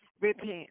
repent